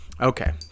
Okay